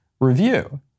review